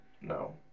No